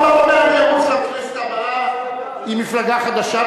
הוא בא ואומר: אני ארוץ לכנסת הבאה עם מפלגה חדשה,